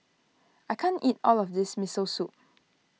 I can't eat all of this Miso Soup